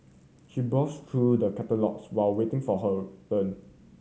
she browsed through the catalogues while waiting for her turn